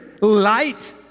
light